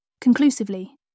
Conclusively